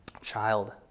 child